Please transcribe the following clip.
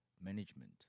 management